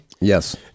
Yes